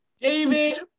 david